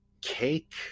cake